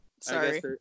Sorry